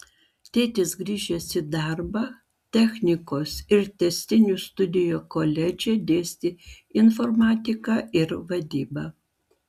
tėtis grįžęs į darbą technikos ir tęstinių studijų koledže dėstė informatiką ir vadybą